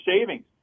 savings